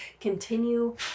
continue